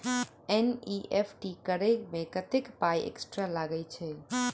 NEFT करऽ मे कत्तेक पाई एक्स्ट्रा लागई छई?